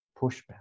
pushback